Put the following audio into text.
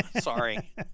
Sorry